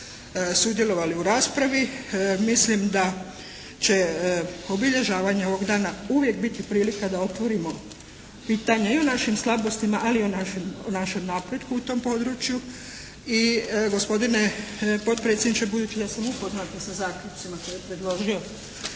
su sudjelovali u raspravi. Mislim da će obilježavanje ovog dana uvijek biti prilika da otvorimo pitanje i o našim slabostima, ali i o našem napretku u tom području i gospodine potpredsjedniče budući da sam upoznata sa zaključcima koje je predložila